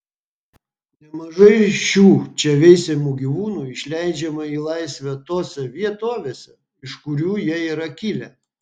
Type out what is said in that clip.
nemažai šių čia veisiamų gyvūnų išleidžiama į laisvę tose vietovėse iš kurių jie yra kilę